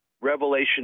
Revelation